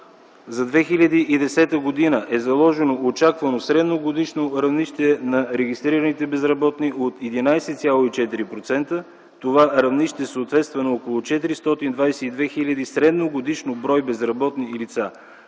за 2010 г. е заложено очаквано средногодишно равнище на регистрираните безработни от 11,4%. Това равнище съответства на около 422 хиляди средногодишно брой безработни лица.